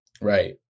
Right